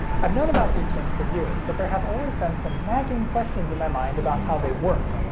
i've known about these things for years, but there have always been some nagging questions in my mind about how they work.